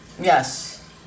Yes